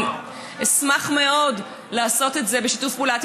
לנהל איזשהו משא ומתן עם בית הדין.